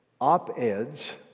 op-eds